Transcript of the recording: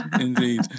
indeed